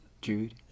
jude